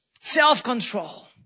Self-control